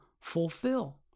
fulfill